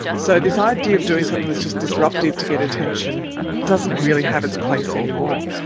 so this idea of doing something that's just disruptive to get attention doesn't really have its place anymore.